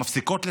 מפסיקות לשחק,